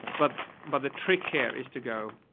but, but the trick here is to go.